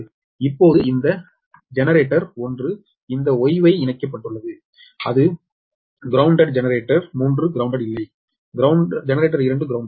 இப்போது இந்த ஜெனரேட்டர் 1 இந்த Y Y இணைக்கப்பட்டுள்ளது அது கிரௌண்டெட் ஜெனரேட்டர் 3 கிரௌண்டெட் இல்லை ஜெனரேட்டர் 2 கிரௌண்டெட்